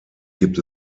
gibt